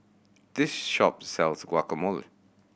this shop sells Guacamole